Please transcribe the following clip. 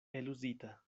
eluzita